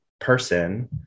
person